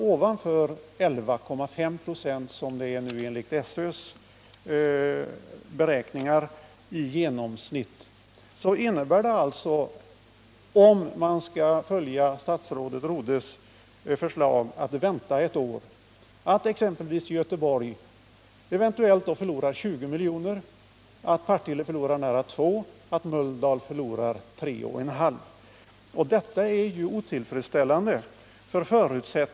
Även om det slutliga bidraget överstiger 11,5 26, som nu är genomsnittssiffran enligt SÖ:s beräkning, innebär statsrådet Rodhes förslag att man skall vänta ett år och att exempelvis Göteborg förlorar 20 miljoner, Partille nära 2 och Mölndal nära 3,5 miljoner. Detta är naturligtvis otillfredsställande.